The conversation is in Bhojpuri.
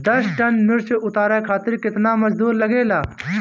दस टन मिर्च उतारे खातीर केतना मजदुर लागेला?